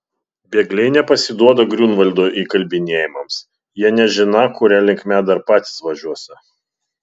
bėgliai nepasiduoda griunvaldo įkalbinėjimams jie nežiną kuria linkme dar patys važiuosią